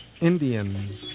Indians